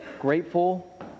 grateful